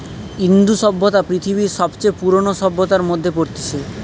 ইন্দু সভ্যতা পৃথিবীর সবচে পুরোনো সভ্যতার মধ্যে পড়তিছে